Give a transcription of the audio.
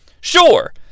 Sure